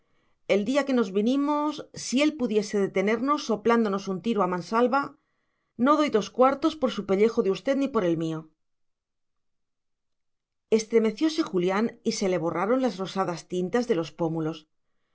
el día que nos vinimos si él pudiese detenernos soplándonos un tiro a mansalva no doy dos cuartos por su pellejo de usted ni por el mío estremecióse julián y se le borraron las rosadas tintas de los pómulos